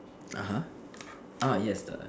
(uh huh) uh yes the